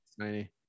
Tiny